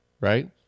right